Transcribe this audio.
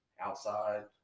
outside